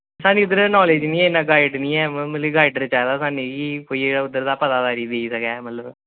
सानूं इद्धर इन्ना नालेज़ निं ऐ गाइड़ निं ऐ सानूं मतलब कि गाईडर चाहिदा सानूं गी कोई उद्धर दा पतादारी देई सकै मतलब